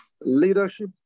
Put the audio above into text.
Leadership